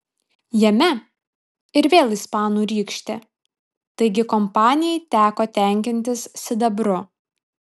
jame ir vėl ispanų rykštė taigi kompanijai teko tenkintis sidabru